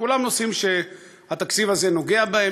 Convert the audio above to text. כולם נושאים שהתקציב הזה נוגע בהם.